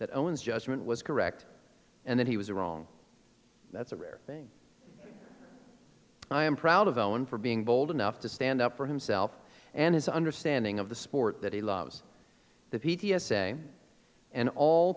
that owens judgement was correct and that he was wrong that's a rare thing i am proud of ellen for being bold enough to stand up for himself and his understanding of the sport that he loves the p t s say and all